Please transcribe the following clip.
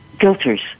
filters